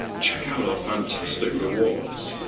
check out our fantastic rewards!